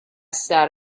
sat